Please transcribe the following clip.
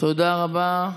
תודה רבה.